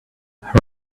her